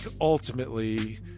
ultimately